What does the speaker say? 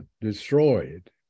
destroyed